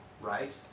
right